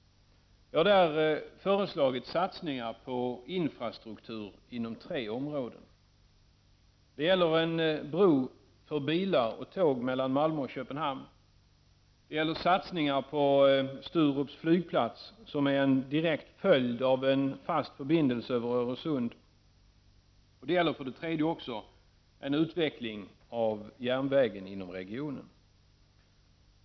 Jag har där föreslagit satsningar på infrastruktur inom tre områden. Det gäller en bro för bilar och tåg mellan Malmö och Köpenhamn. Det gäller satsningar på Sturups flygplats, som är en direkt följd av en fast förbindelse över Öresund, och det gäller för det tredje också en utveckling av järnvägen inom regionen.